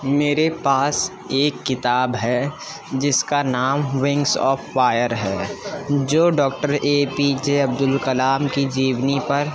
میرے پاس ایک کتاب ہے جس کا نام ونگس آف فائر ہے جو doctor A P J Abdul Kalam کی جیونی پر